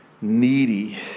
needy